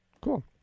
Cool